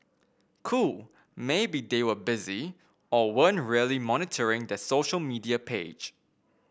cool maybe they were busy or weren't really monitoring their social media page